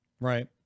Right